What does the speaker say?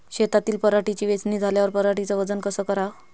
शेतातील पराटीची वेचनी झाल्यावर पराटीचं वजन कस कराव?